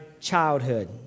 childhood